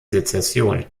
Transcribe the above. secession